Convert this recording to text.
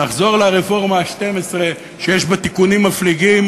לחזור לרפורמה ה-12 שיש בה תיקונים מפליגים